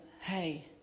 hey